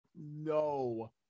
No